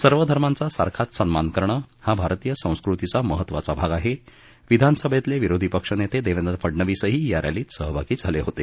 सर्व धर्मांचा सारखाच सन्मान करणं हा भारतीय संस्कृतीचा महत्वाचा भाग आहे विधानसभैतले विरोधी पक्षनेते देवेंद्र फडनवीसही या रॅलीत सहभागी झाले होते